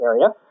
area